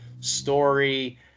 story